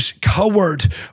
coward